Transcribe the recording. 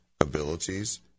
abilities